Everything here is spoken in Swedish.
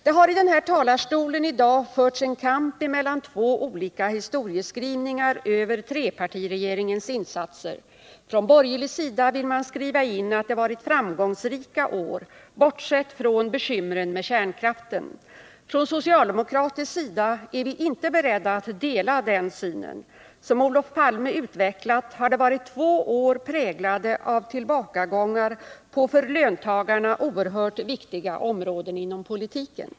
Det har i den här talarstolen i dag förts en kamp mellan två olika historieskrivningar över trepartiregeringens insatser. Från borgerlig sida vill man skriva in att det varit framgångsrika år, bortsett från bekymren med kärnkraften. Från socialdemokratisk sida är vi inte beredda att dela den synen. Som Olof Palme utvecklat har det varit två år präglade av tillbakagångar på för löntagarna oerhört viktiga områden inom politiken.